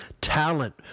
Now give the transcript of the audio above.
talent